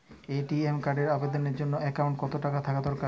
ATM কার্ডের আবেদনের জন্য অ্যাকাউন্টে কতো টাকা থাকা দরকার?